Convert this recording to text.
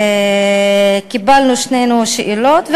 וקיבלנו שנינו שאלות,